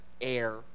air